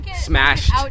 smashed